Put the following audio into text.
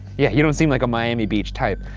yeah, you don't seem like a miami beach type.